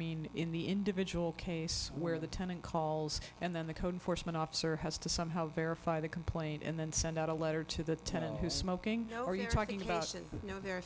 mean in the individual case where the tenant calls and then the code enforcement officer has to somehow verify the complaint and then send out a letter to the tenant who smoke or you're talking about you know they're